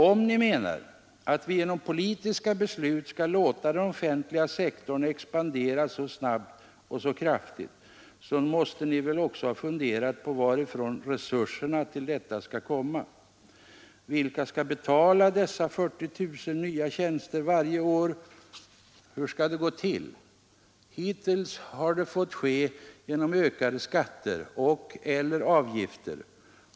Om ni menar att vi genom politiska beslut skall låta den offentliga sektorn expandera så snabbt och så kraftigt, så måste ni väl också ha funderat på varifrån resurserna till detta skall komma. Vilka skall betala dessa 40 000 nya tjänster varje år? Hur skall det gå till? Hittills har det fått ske genom ökade skatter och/eller avgifter.